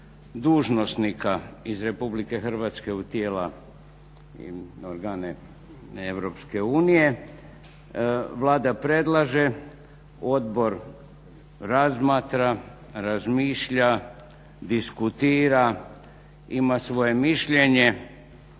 dužnosnika iz RH u tijela i organe EU Vlada predlaže, odbor razmatra, razmišlja, diskutira, ima svoje mišljenje